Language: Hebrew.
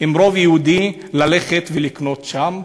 עם רוב יהודי, ללכת ולקנות שם.